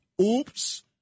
Oops